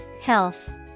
Health